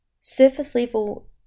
Surface-level